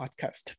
Podcast